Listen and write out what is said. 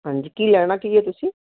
ਹਾਂਜੀ ਕੀ ਲੈਣਾ ਕੀ ਹੈ ਤੁਸੀਂ